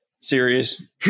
series